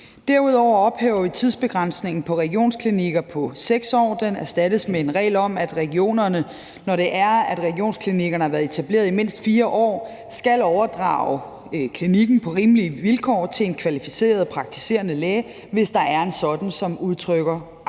Derudover ophæver vi tidsbegrænsningen på regionsklinikker på 6 år. Den erstattes med en regel om, at regionerne, når regionsklinikkerne har været etableret i mindst 4 år, skal overdrage klinikken på rimelige vilkår til en kvalificeret praktiserende læge, hvis der er en sådan, som udtrykker aktivt